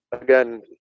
again